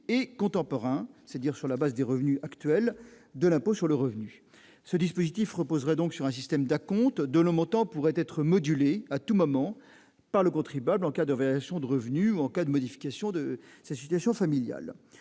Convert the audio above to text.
et contemporain, c'est-à-dire sur la base des revenus présents, de l'impôt sur le revenu. Ce dispositif reposerait sur un système d'acomptes, dont le montant pourrait être modulé à tout moment par le contribuable en cas de variation des revenus ou de modification de sa situation familiale.